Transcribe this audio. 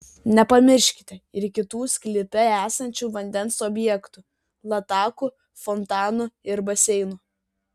nepamirškite ir kitų sklype esančių vandens objektų latakų fontanų ir baseinų